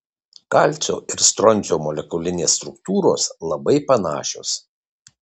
kalcio ir stroncio molekulinės struktūros labai panašios